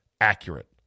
accurate